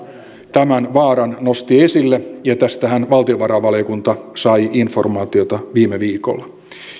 tämän vaaran nosti esille ja tästähän valtiovarainvaliokunta sai informaatiota viime viikolla